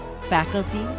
faculty